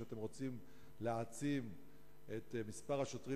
שאתם רוצים להעצים את מספר השוטרים